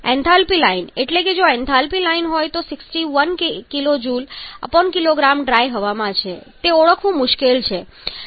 enthalpy line એટલે કે જો એન્થાલ્પી હોય તો તે 61 kJkg ડ્રાય હવામાં છે તે ઓળખવું મુશ્કેલ છે